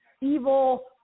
evil